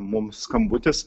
mums skambutis